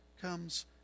comes